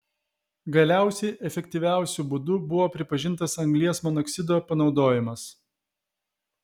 galiausiai efektyviausiu būdu buvo pripažintas anglies monoksido panaudojimas